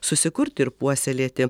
susikurti ir puoselėti